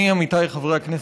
עמיתיי חברי הכנסת,